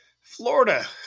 Florida